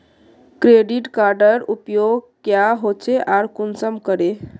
Credit कार्डेर उपयोग क्याँ होचे आर कुंसम करे?